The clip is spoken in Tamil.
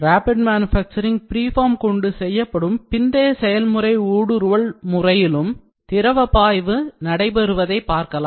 rapid manufacturing preform கொண்டு செய்யப்படும்பிந்தைய செயல்முறை ஊடுருவல் முறையிலும் திரவப் பாய்வு நடைபெறுவதை பார்க்கலாம்